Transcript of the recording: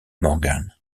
morgan